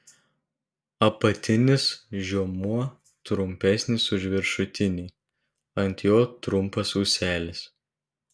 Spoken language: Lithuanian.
apatinis žiomuo trumpesnis už viršutinį ant jo trumpas ūselis